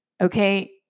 okay